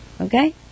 Okay